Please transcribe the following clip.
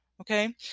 Okay